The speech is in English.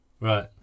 Right